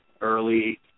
early